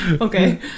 Okay